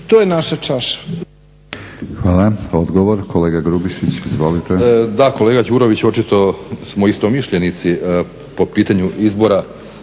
To je naša čaša.